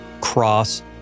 cross